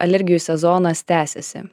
alergijų sezonas tęsiasi